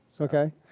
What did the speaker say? Okay